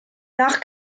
nach